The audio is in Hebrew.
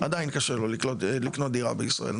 עדיין קשה לו לקנות דירה בישראל,